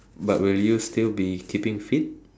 but will you still be keeping fit